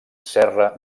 serra